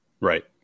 Right